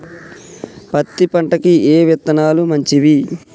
పత్తి పంటకి ఏ విత్తనాలు మంచివి?